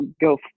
go